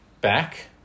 back